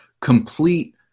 complete